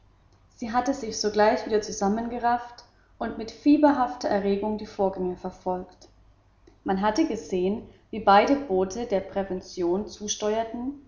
sie hatte sich sogleich wieder zusammengerafft und mit fieberhafter erregung die vorgänge verfolgt man hatte gesehen wie beide boote der prevention zusteuerten